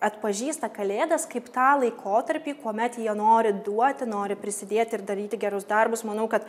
atpažįsta kalėdas kaip tą laikotarpį kuomet jie nori duoti nori prisidėti ir daryti gerus darbus manau kad